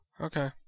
okay